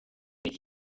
muri